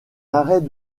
arrêt